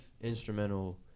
instrumental